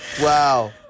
Wow